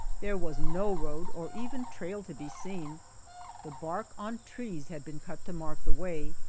there was no road or even trail to be seen the bark on trees had been cut to mark the way,